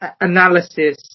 analysis